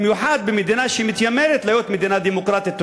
במיוחד במדינה שמתיימרת להיות מדינה דמוקרטית.